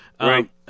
Right